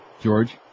George